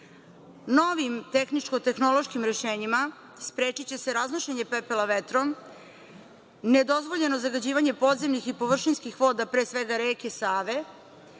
Novim tehničko-tehnološkim rešenjima sprečiće se raznošenje pepela vetrom, nedozvoljeno zagađivanje podzemnih i površinskih voda, pre svega reke Save,